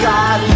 God